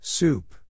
Soup